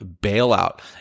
bailout